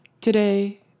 Today